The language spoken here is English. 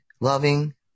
loving